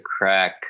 crack